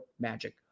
Magic